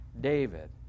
David